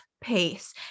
pace